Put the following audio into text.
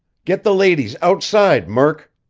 get the ladies outside, murk!